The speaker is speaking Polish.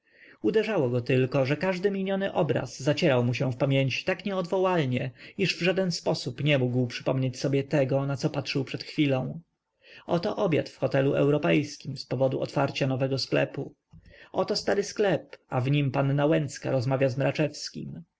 uderzało go tylko że każdy miniony obraz zacierał mu się w pamięci tak nieodwołalnie iż w żaden sposób nie mógł przypomnieć sobie tego na co patrzył przed chwilą oto obiad w hotelu europejskim z powodu otwarcia nowego sklepu oto stary sklep a w nim panna łęcka rozmawia z